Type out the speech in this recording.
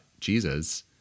Jesus